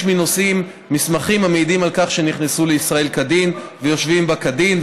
מנוסעים מסמכים המעידים על כך שנכנסו לישראל כדין ויושבים בה כדין,